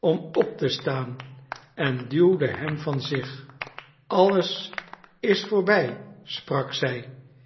om op te staan en duwde hem van zich alles is voorbij sprak zij